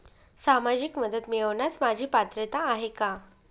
सामाजिक मदत मिळवण्यास माझी पात्रता आहे का?